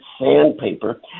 sandpaper